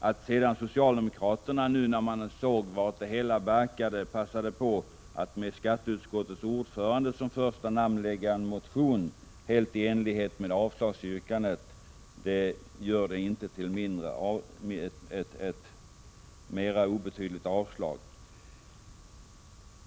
Att sedan socialdemokraterna, när de såg vartåt det hela barkade, passade på att med skatteutskottets ordförande som första namn väcka en motion helt i enlighet med avslagsyrkandet gör inte avslagsyrkandet mera obetydligt.